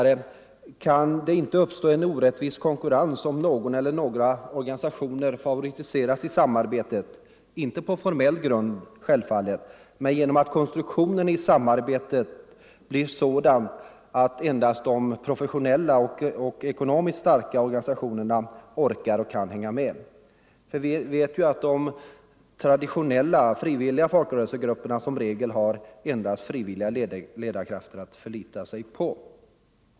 Kan det inte uppstå en orättvis konkurrens om någon eller några organisationer favoriseras i samarbetet — inte på formell grund men genom att konstruktionen av samarbetet blir sådan att endast de professionella och ekonomiskt starka organisationerna orkar och kan hänga med? Vi vet ju att de traditionella, frivilliga folkrörelsegrupperna i regel endast har frivilliga ledarkrafter att förlita sig på.